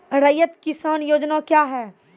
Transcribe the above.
रैयत किसान योजना क्या हैं?